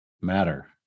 matter